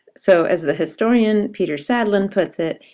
so, as the historian peter sadlon puts it,